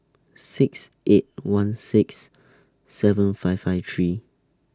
six eight one six seven five five three